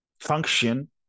function